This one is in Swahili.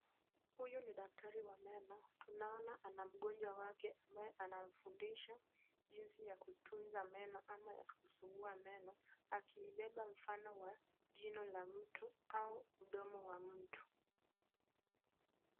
Huyu ni daktari wa meno. Tunaona ana mgonjwa wake ambaye anamfundisha jinsi ya kutunza meno ama ya kusugua meno akiibeba mfano wa jino la mtu au mdomo wa mtu.